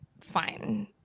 fine